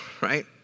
right